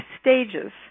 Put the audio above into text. stages